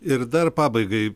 ir dar pabaigai